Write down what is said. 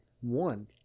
one